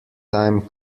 time